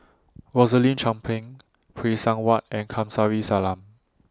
Rosaline Chan Pang Phay Seng Whatt and Kamsari Salam